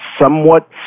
somewhat